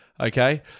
Okay